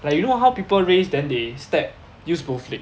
like you know how people raise then they step use both legs